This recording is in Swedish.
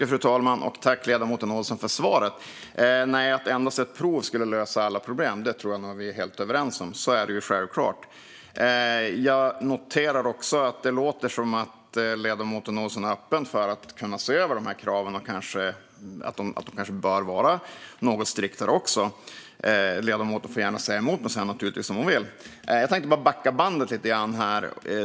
Fru talman! Tack, ledamoten Ohlsson, för svaret! Jag tror att vi är helt överens om att endast ett prov inte skulle lösa alla problem. Så är det självklart. Jag noterar också att det låter som att ledamoten Ohlsson är öppen för att se över dessa krav och att de kanske bör vara något striktare också. Ledamoten får gärna säga emot mig om hon vill. När det gäller Socialdemokraterna tänkte jag backa bandet lite grann.